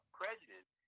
prejudice